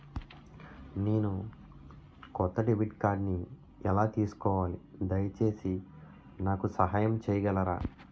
నేను కొత్త డెబిట్ కార్డ్ని ఎలా తీసుకోవాలి, దయచేసి నాకు సహాయం చేయగలరా?